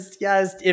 yes